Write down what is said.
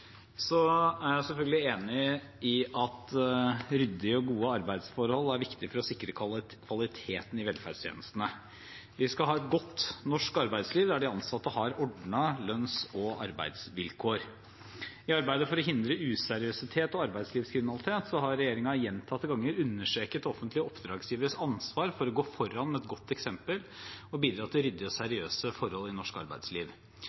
er selvfølgelig enig i at ryddige og gode arbeidsforhold er viktig for å sikre kvaliteten i velferdstjenestene. Vi skal ha et godt norsk arbeidsliv der de ansatte har ordnede lønns- og arbeidsvilkår. I arbeidet for å hindre useriøsitet og arbeidslivskriminalitet har regjeringen gjentatte ganger understreket offentlige oppdragsgiveres ansvar for å gå foran med et godt eksempel og å bidra til ryddige og seriøse forhold i norsk arbeidsliv.